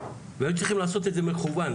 היו צריכים לעשות את זה מקוון.